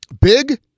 Big